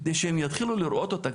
על מנת שיתחילו לראות אותה,